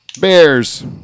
Bears